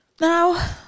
Now